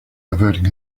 averting